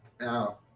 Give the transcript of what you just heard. Now